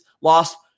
lost